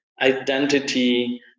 identity